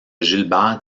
gilbert